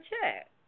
check